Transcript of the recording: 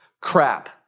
crap